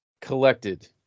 collected